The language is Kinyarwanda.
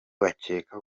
bakeka